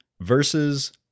versus